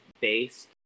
based